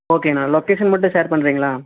ஓகேண்ணா லொக்கேஷன் மட்டும் ஷேர் பண்ணுறிங்களா